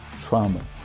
trauma